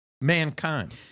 mankind